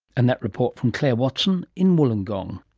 and that report from clare watson in wollongong